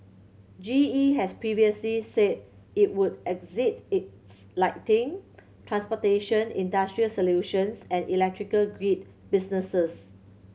G E has previously said it would exit its lighting transportation industrial solutions and electrical grid businesses